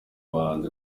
bahanzi